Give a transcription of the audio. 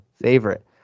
favorite